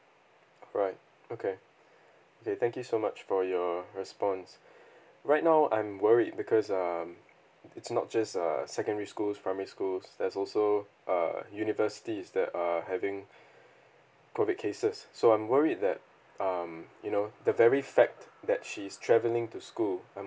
alright okay okay thank you so much for your response right now I'm worried because um it's not just uh secondary schools primary schools there's also uh universities that are having COVID cases so I'm worried that um you know the very fact that she's travelling to school I'm